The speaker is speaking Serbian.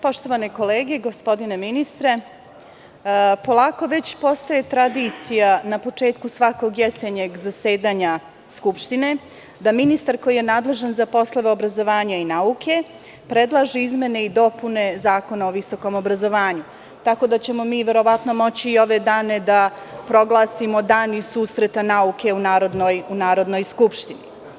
Poštovane kolege, gospodine ministre, polako već postaje tradicija na početku svakog jesenjeg zasedanja Skupštine da ministar koji je nadležan za poslove obrazovanja nauke predlaže izmene i dopune Zakona o visokom obrazovanju, tako da ćemo mi verovatno moći i ove dane da proglasimo danima susreta nauke u Narodnoj skupštini.